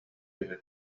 үһү